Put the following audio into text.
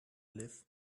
live